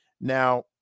Now